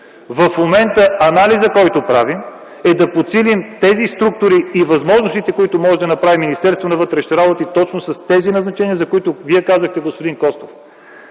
В момента анализът, който правим, е да подсилим тези структури и възможностите, които може да направи Министерството на вътрешните работи точно с тези назначения, за които Вие казахте, господин Костов.